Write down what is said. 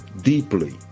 deeply